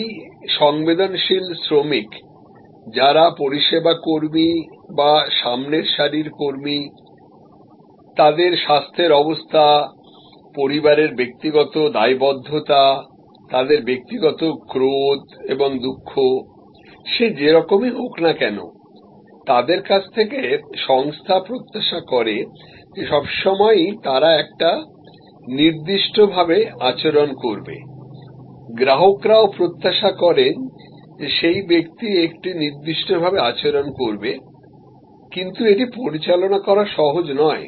এই সংবেদনশীল শ্রমিক যারা পরিষেবা কর্মী বা সামনের সারির কর্মী তাদের স্বাস্থ্যের অবস্থা পরিবারের ব্যক্তিগত দায়বদ্ধতা তাদের ব্যক্তিগত ক্রোধ এবং দুঃখ সে যে রকমই হোক না কেন তাদের কাছ থেকে সংস্থা প্রত্যাশা করে যে সবসময়ই তারা একটি নির্দিষ্ট ভাবে আচরণ করবে গ্রাহকরা ও প্রত্যাশা করেন যে সেই ব্যক্তি একটি নির্দিষ্ট ভাবে আচরণ করবে কিন্তু এটি পরিচালনা করা সহজ নয়